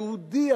היהודי,